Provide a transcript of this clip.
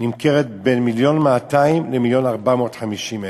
נמכרת בין 1.2 מיליון ל-1.4 מיליון,